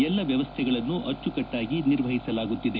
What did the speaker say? ಎಲ್ಲಾ ವ್ಯವಸ್ಥೆಗಳನ್ನು ಅಬ್ಬಕಟ್ಟಾಗಿ ನಿರ್ವಹಿಸಲಾಗುತ್ತಿದೆ